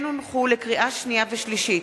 לקריאה שנייה ולקריאה שלישית: